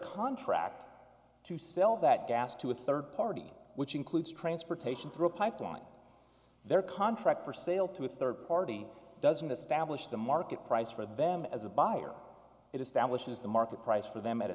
contract to sell that gas to a third party which includes transportation through a pipeline their contract for sale to a third party doesn't establish the market price for them as a buyer it establishes the market price for them at a